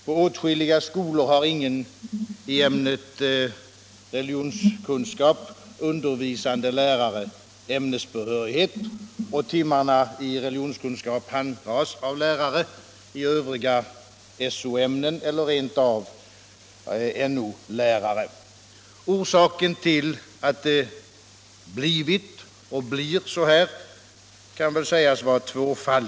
På åtskilliga skolor har ingen i ämnet religionskunskap undervisande lärare ämnesbehörighet, och timmarna i religionskunskap handhas av lärare i övriga So-ämnen eller rent av No-lärare. Orsaken till att det blivit och blir så här kan väl sägas vara tvåfaldig.